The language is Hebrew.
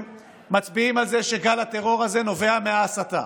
מצביעים על זה שגל הטרור הזה נובע מההסתה.